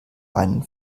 einen